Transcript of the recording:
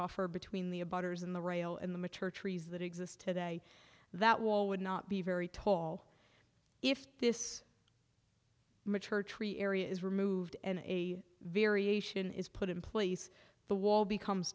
buffer between the about hers and the rail and the mature trees that exist today that wall would not be very tall if this mature tree area is removed and a variation is put in place the wall becomes